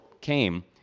came